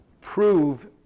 prove